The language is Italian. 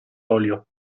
olio